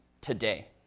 today